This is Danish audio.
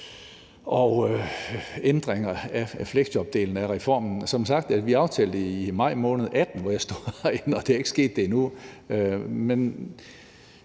og i ændringer af fleksjobdelen af reformen. Som sagt aftalte vi det i maj måned 2018, hvor jeg stod herinde, og det er ikke sket endnu.